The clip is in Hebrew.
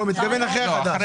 לא, הוא מתכוון אחרי החדש.